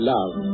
Love